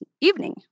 evening